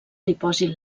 dipòsit